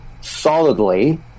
solidly